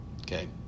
Okay